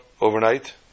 overnight